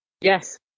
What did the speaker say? yes